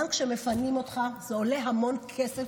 גם כשמפנים אותך זה עולה המון כסף,